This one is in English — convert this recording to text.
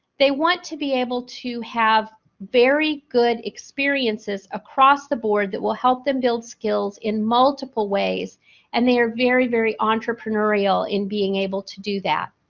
they want to be able to have very good experiences across the board that will help them build skills in multiple ways and they are very very entrepreneurial in being able to do that.